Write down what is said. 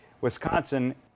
Wisconsin